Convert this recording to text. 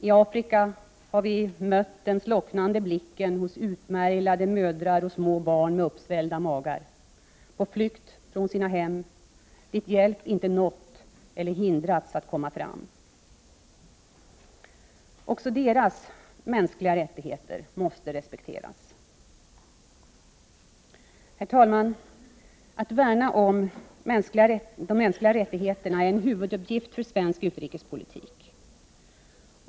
I Afrika har vi mött den slocknande blicken hos utmärglade mödrar och små barn med uppsvällda magar på flykt från sina hem, dit hjälp inte nått eller hindrats från att komma fram. Också deras mänskliga rättigheter måste respekteras. Herr talman! Att värna om de mänskliga rättigheterna är en huvuduppgift för svensk utrikespolitik.